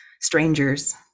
strangers